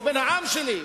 הוא בן העם שלי,